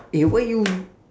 eh why you